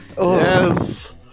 Yes